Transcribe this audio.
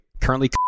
currently